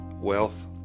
wealth